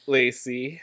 Lacey